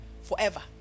forever